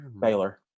Baylor